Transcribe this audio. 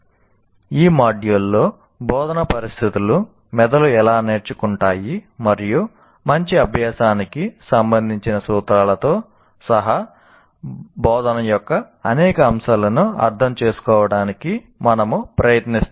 ఈ మాడ్యూల్లో బోధనా పరిస్థితులు మెదళ్ళు ఎలా నేర్చుకుంటాయి మరియు మంచి అభ్యాసానికి సంబంధించిన సూత్రాలతో సహా బోధన యొక్క అనేక అంశాలను అర్థం చేసుకోవడానికి మేము ప్రయత్నిస్తాము